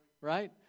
right